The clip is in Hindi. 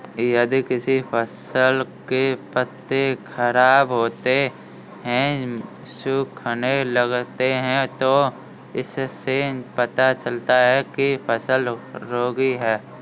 यदि किसी फसल के पत्ते खराब होते हैं, सूखने लगते हैं तो इससे पता चलता है कि फसल रोगी है